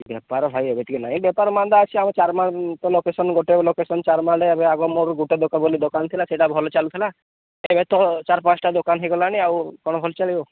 ବେପାର ଭାଇ ଏବେ ଟିକେ ନାହିଁ ଏ ବେପାର ମାନ୍ଦା ଅଛି ଆଉ ଚାରମାଲ ତ ଲୋକେସନ୍ ଗୋଟେ ଲୋକେସନ୍ ଚାରମାଲ ଏବେ ଆଗ ମୋର ଗୋଟେ ଦୋକାନ ବୋଲି ଦୋକାନ ଥିଲା ସେଇଟା ଭଲ ଚାଲୁଥିଲା ଏବେ ତ ଚାରି ପାଞ୍ଚଟା ଦୋକାନ ହେଇଗଲାଣି ଆଉ କ'ଣ ଭଲ ଚାଲିିବ ଆଉ